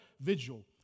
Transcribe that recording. vigil